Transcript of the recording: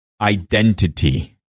identity